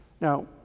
Now